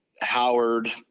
Howard